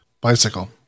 bicycle